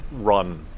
run